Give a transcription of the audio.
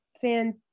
fan